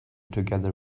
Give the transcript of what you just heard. together